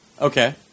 Okay